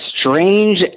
strange